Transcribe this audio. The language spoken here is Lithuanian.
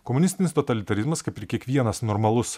komunistinis totalitarizmas kaip ir kiekvienas normalus